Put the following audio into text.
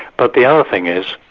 but the other thing is,